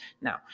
Now